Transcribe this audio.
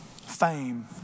fame